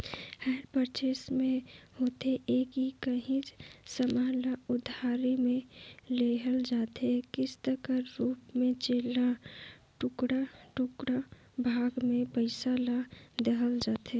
hire purchase में होथे ए कि काहींच समान ल उधारी में लेहल जाथे किस्त कर रूप में जेला टुड़का टुड़का भाग में पइसा ल देहल जाथे